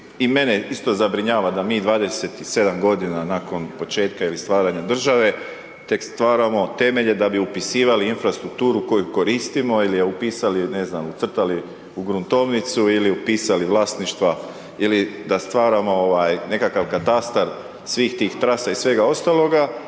i mene isto zabrinjava, da mi 27 godina, nakon početka ili stvaranja države, tek stvaramo temelje da bi upisivali infrastrukturu koju koristimo ili ju upisali, ne znam, ucrtali u gruntovnicu ili upisali vlasništva ili da stvaramo nekakav katastar svih tih trasa i svega ostaloga